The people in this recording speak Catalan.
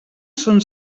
son